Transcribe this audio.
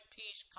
peace